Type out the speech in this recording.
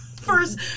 First